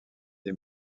des